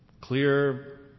Clear